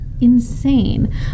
Insane